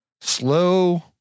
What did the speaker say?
slow